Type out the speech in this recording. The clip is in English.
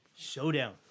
Showdown